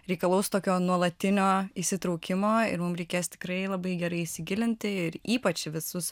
reikalaus tokio nuolatinio įsitraukimo ir mum reikės tikrai labai gerai įsigilinti ir ypač visus